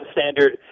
standard